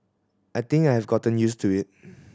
I think I have gotten used to it